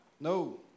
No